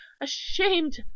ashamed